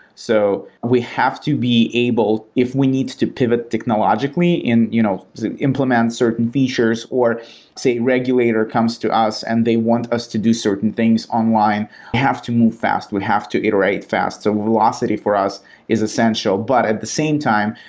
so we have to be able if we need to pivot technologically and you know implement certain features or say regulator comes to us and they want us to do certain things online, we have to move fast, we have to iterate fast. so velocity for us is essential. but at the same time,